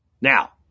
Now